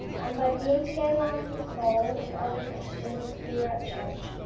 and by being together on the call with other christians, they were at church.